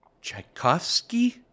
Tchaikovsky